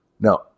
Now